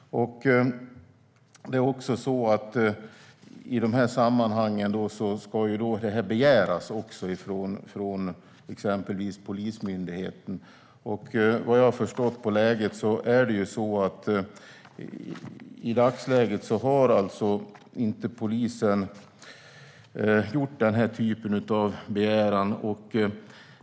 I de här sammanhangen ska det komma en begäran från exempelvis Polismyndigheten. Vad jag har förstått av dagsläget har polisen inte gjort den typen av begäran.